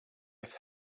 have